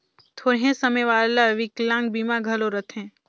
थोरहें समे वाला बिकलांग बीमा घलो रथें